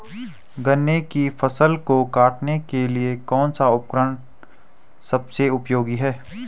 गन्ने की फसल को काटने के लिए कौन सा उपकरण सबसे उपयोगी है?